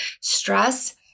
stress